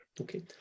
Okay